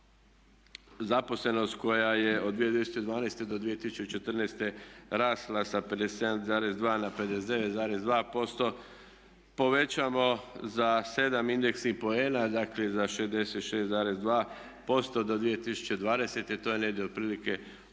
zaposlenost koja je od 2012. do 2014. rasla sa 57,2 na 59,2% povećamo za 7 indeksnih poena dakle za 66,2% do 2020. to je negdje otprilike oko